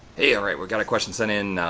hey all right. we've got a question sent in.